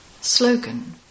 Slogan